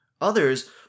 Others